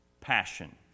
passion